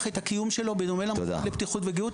את הקיום שלו בדומה למכון לבטיחות וגהות,